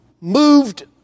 moved